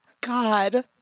God